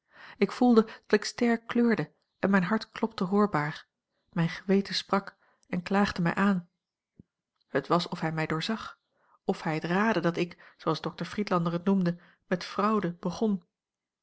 ik voelde dat ik sterk kleurde en mijn hart klopte hoorbaar mijn geweten sprak en klaagde mij aan het was of hij mij doorzag of hij het raadde dat ik zooals dr friedlander het noemde met fraude begon